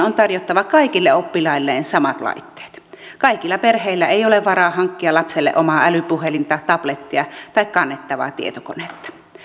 on tarjottava kaikille oppilailleen samat laitteet kaikilla perheillä ei ole varaa hankkia lapselle omaa älypuhelinta tablettia tai kannettavaa tietokonetta